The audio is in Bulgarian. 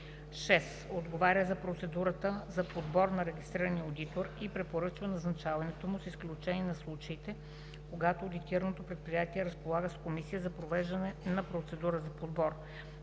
„6. отговаря за процедурата за подбор на регистрирания одитор и препоръчва назначаването му с изключение на случаите, когато одитираното предприятие разполага с комисия за провеждане на процедура за подбор;